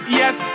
yes